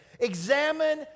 examine